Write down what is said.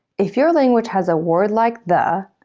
if your language has a word like the,